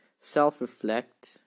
self-reflect